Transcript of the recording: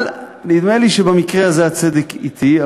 נדמה לי שבמקרה הזה הצדק אתי,